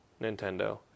Nintendo